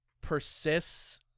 persists